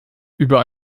über